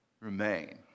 remain